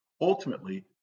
Ultimately